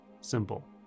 simple